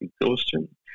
exhaustion